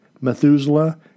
Methuselah